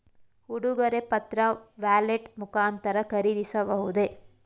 ಉಡುಗೊರೆ ಪತ್ರ ವ್ಯಾಲೆಟ್ ಮುಖಾಂತರ ಖರೀದಿಸಬಹುದೇ?